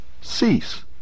cease